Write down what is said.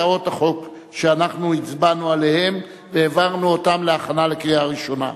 הצעות החוק שהצבענו עליהן והעברנו אותן להכנה לקריאה ראשונה.